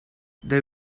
they